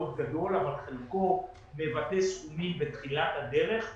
גדול אבל חלקו מבטא סכומים בתחילת הדרך,